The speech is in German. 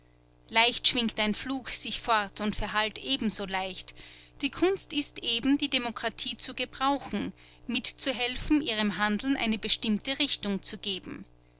leicht schwingt ein fluch sich fort und verhallt ebenso leicht die kunst ist eben die demokratie zu gebrauchen mitzuhelfen ihrem handeln eine bestimmte richtung zu geben